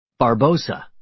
Barbosa